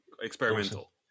Experimental